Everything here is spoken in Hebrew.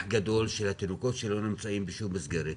גדול של התינוקות שלא נמצאים בכל מסגרת כלשהי.